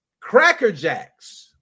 crackerjacks